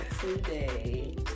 today